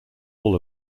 all